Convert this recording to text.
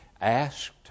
asked